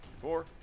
four